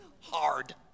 hard